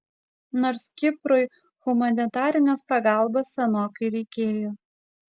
nors kiprui humanitarinės pagalbos senokai reikėjo